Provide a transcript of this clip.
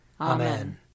Amen